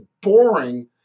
boring